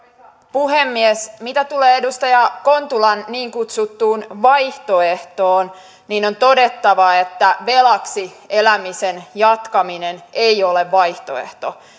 puhemies mitä tulee edustaja kontulan niin kutsuttuun vaihtoehtoon niin on todettava että velaksi elämisen jatkaminen ei ole vaihtoehto